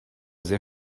sehr